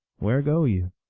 where go you?